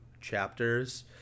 chapters